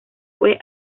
fue